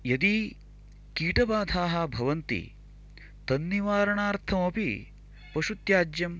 यदि कीटबाधाः भवन्ती तन्निवारणार्थमपि पशुत्याज्यं